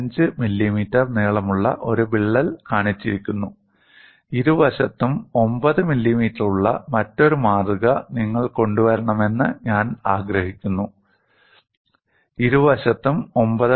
5 millimetre നീളമുള്ള ഒരു വിള്ളൽ കാണിച്ചിരിക്കുന്നു ഇരുവശത്തും 9 മില്ലിമീറ്ററുള്ള മറ്റൊരു മാതൃക നിങ്ങൾ കൊണ്ടുവരണമെന്ന് ഞാൻ ആഗ്രഹിക്കുന്നു ഇരുവശത്തും 9